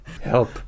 Help